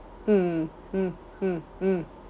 mm mm mm mm